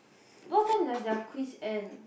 what time does their quiz end